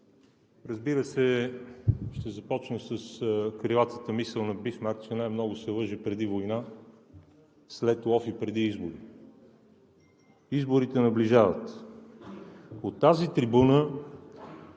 Разбира се, ще започна с крилата мисъл на Бисмарк, че най-много се лъже преди война, след лов и преди избори. Изборите наближават. От тази трибуна